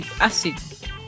acid